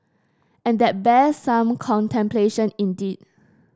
and that bears some contemplation indeed